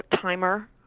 timer